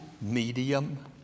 medium